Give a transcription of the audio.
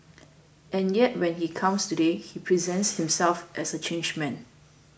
and yet when he comes today he presents himself as a changed man